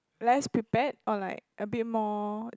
less prepared or like a bit more